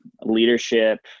leadership